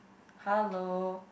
hello